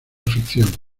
ficción